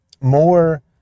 more